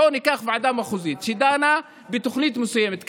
בואו ניקח ועדה מחוזית שדנה בתוכנית מסוימת,